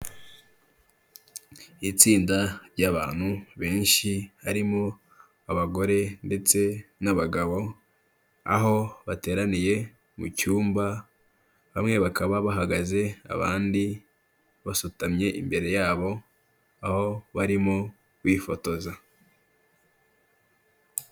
Itsinda ry'abantu benshi harimo abagore ndetse n'abagabo, aho bateraniye mu cyumba bamwe bakaba bahagaze, abandi basutamye imbere yabo aho barimo bifotoza.